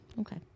Okay